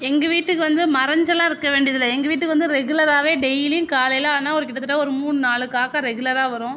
எங்கள் வீட்டுக்கு வந்து மறைஞ்சலா இருக்க வேண்டியது இல்லை எங்கள் வீட்டுக்கு வந்து ரெகுலராகவே டெய்லியும் காலையில் ஆனால் ஒரு கிட்டதிட்ட ஒரு மூணு நாலு காக்கா ரெகுலராக வரும்